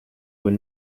were